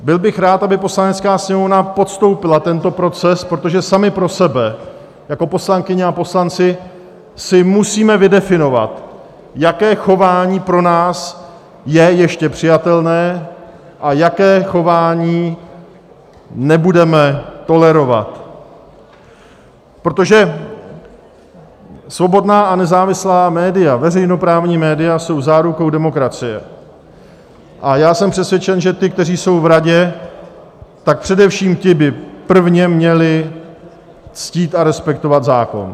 Byl bych rád, aby Poslanecká sněmovna podstoupila tento proces, protože sami pro sebe jako poslankyně a poslanci si musíme vydefinovat, jaké chování pro nás je ještě přijatelné a jaké chování nebudeme tolerovat, protože svobodná a nezávislá média, veřejnoprávní média jsou zárukou demokracie, a já jsem přesvědčen, že ti, kteří jsou v Radě, tak především ti by prvně měli ctít a respektovat zákon.